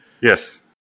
Yes